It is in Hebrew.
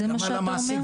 זה מה שאתה אומר?